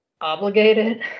obligated